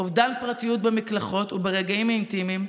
אובדן פרטיות במקלחות וברגעים האינטימיים,